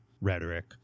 rhetoric